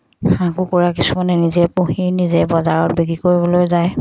হাঁহ কুকুৰা কিছুমানে নিজে পুহি নিজে বজাৰত বিক্ৰী কৰিবলৈ যায়